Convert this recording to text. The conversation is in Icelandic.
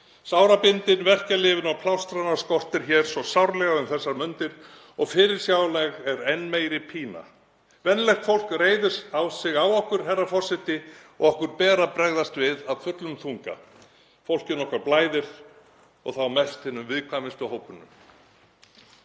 Sárabindin, verkjalyfin og plástrana skortir svo sárlega um þessar mundir og fyrirsjáanleg er enn meiri pína. Venjulegt fólk reiðir sig á okkur, herra forseti, og okkur ber að bregðast við af fullum þunga. Fólkinu okkar blæðir og þá mest viðkvæmustu hópunum.